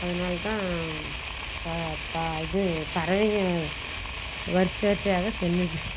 அதனால் தான் ப ப இது பறவைங்கள் வரிசை வரிசையாக செல்லுது